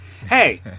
hey